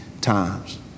times